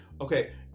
Okay